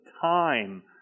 time